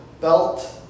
Belt